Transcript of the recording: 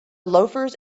loafers